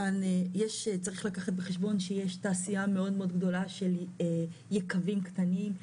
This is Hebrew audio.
צריך לקחת בחשבון שיש תעשיה מאוד-מאוד גדולה של יקבים קטנים,